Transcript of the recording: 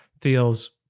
feels